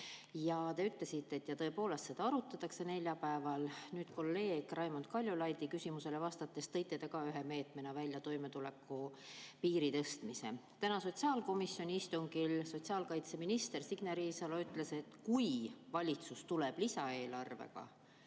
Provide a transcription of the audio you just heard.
Te ütlesite, et seda tõepoolest arutatakse neljapäeval. Kolleeg Raimond Kaljulaidi küsimusele vastates tõitegi te ühe meetmena välja toimetulekupiiri tõstmise. Tänasel sotsiaalkomisjoni istungil ütles sotsiaalkaitseminister Signe Riisalo, et kui valitsus tuleb lisaeelarvega,